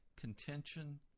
contention